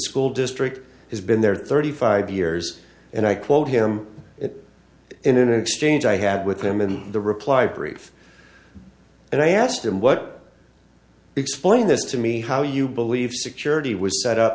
school district has been there thirty five years and i quote him in an exchange i had with him in the reply brief and i asked him what explain this to me how you believe security was set up